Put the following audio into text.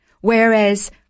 Whereas